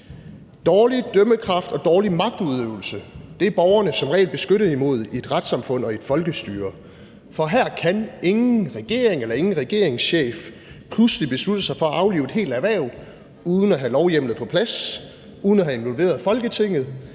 Dårlig dømmekraft og dårlig magtudøvelse er borgerne som regel beskyttet imod i et retssamfund og i et folkestyre. For her kan ingen regering eller ingen regeringschef pludselig beslutte sig for at aflive et helt erhverv uden at have lovhjemmel på plads, uden at have involveret Folketinget,